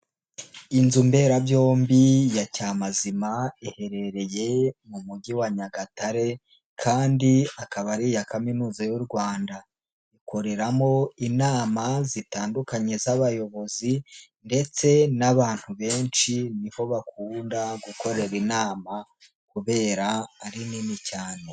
Inzu mberabyombi ya Cyamazima iherereye mu mujyi wa Nyagatare kandi akaba ari iya Kaminuza y'u Rwanda, ikoreramo inama zitandukanye z'abayobozi ndetse n'abantu benshi ni ho bakunda gukorera inama, kubera ari nini cyane.